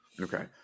Okay